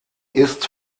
ist